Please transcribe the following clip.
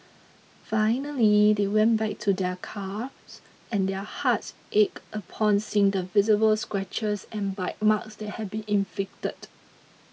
finally they went back to their cars and their hearts ached upon seeing the visible scratches and bite marks that had been inflicted